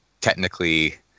technically